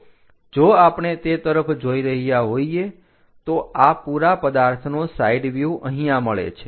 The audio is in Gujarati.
તો જો આપણે તે તરફ જોઈ રહ્યા હોઈએ તો આ પુરા પદાર્થનો સાઈડ વ્યુહ અહીંયા મળે છે